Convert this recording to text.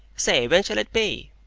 say, when shall it be?